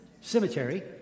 cemetery